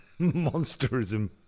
Monsterism